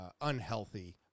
unhealthy